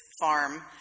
farm